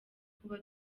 kuba